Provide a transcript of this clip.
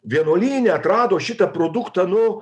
vienuolyne atrado šitą produktą nu